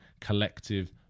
collective